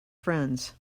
friends